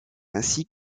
ainsi